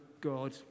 God